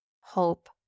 hope